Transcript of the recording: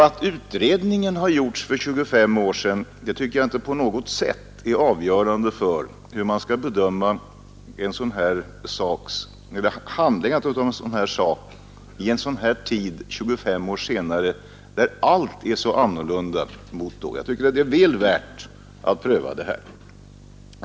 Att utredningen gjordes för 25 år sedan tycker jag inte på något sätt är avgörande för hur man skall bedöma handläggandet av en sådan här sak 25 år senare, när allt är så annorlunda mot då. Jag tycker det är väl värt att pröva det här.